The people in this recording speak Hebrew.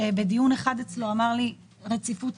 שבדיון אחד אצלו אמר לי: רציפות,